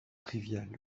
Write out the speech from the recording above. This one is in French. trivial